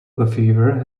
lefevre